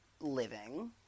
living